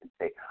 say